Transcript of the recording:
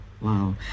wow